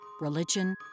religion